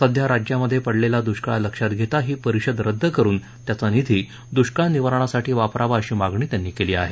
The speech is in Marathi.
सध्या राज्यामध्ये पडलेला दुष्काळ लक्षात घेता ही परिषद रद्द करुन त्याचा निधी दुष्काळ निवारणासाठी वापरावा अशी मागणी त्यांनी केली आहे